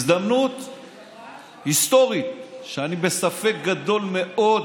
הזדמנות היסטורית, ואני בספק גדול מאוד